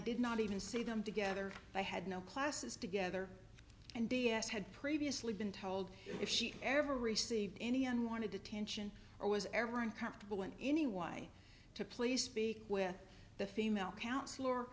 did not even see them together they had no classes together and d s had previously been told if she ever received any unwanted attention or was ever uncomfortable in any way to place speak with the female coun